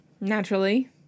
Naturally